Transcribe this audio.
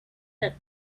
that